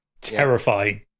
terrifying